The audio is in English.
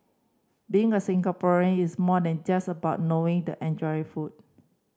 being a Singaporean is more than just about knowing the enjoying food